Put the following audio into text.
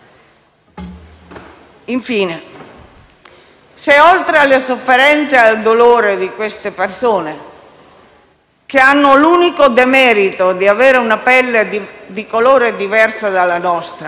Infine, se oltre alla sofferenza e al dolore di queste persone che hanno l'unico demerito di avere una pelle di colore diverso dalla nostra,